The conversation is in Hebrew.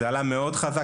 זה עלה מאוד חזק.